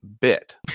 bit